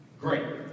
Great